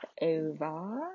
over